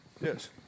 Yes